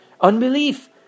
unbelief